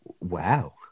Wow